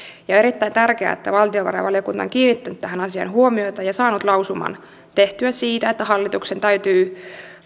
on erittäin tärkeää että valtiovarainvaliokunta on kiinnittänyt tähän asiaan huomiota ja saanut lausuman tehtyä siitä että hallituksen täytyy